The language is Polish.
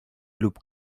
lub